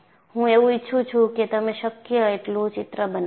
હું એવું ઈચ્છું છું કે તમે શક્ય એટલું ચિત્ર બનાવો